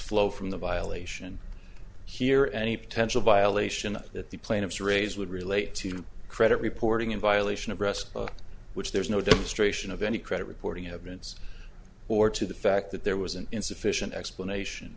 flow from the violation here any potential violation that the plaintiffs raise would relate to credit reporting in violation of rest of which there is no demonstration of any credit reporting events or to the fact that there was an insufficient explanation